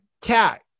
cat